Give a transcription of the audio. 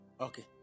okay